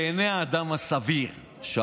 די, נו, באמת.